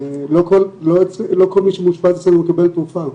לא כל מי שמאושפז אצלנו מקבל תרופה,